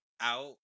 out